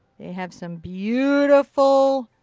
have some beautiful,